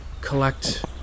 Collect